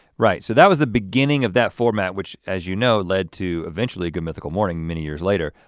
right? so that was the beginning of that format, which as you know, led to eventually good mythical morning many years later.